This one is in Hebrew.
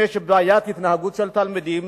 אם יש בעיית התנהגות של תלמידים,